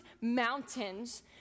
mountains